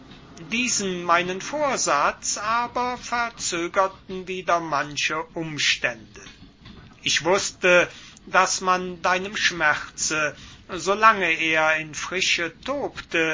diesen meinen vorsatz verzögerten wieder manche umstände ich wußte daß man deinem schmerze so lange er in frische tobte